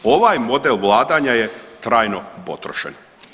Ovaj model vladanja je trajno potrošen.